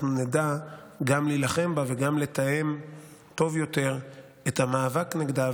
נדע גם להילחם בה וגם לתאם טוב יותר את המאבק נגדה,